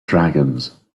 dragons